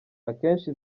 akenshi